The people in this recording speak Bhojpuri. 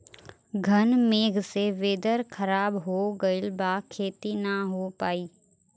घन मेघ से वेदर ख़राब हो गइल बा खेती न हो पाई